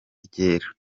ryera